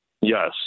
Yes